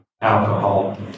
alcohol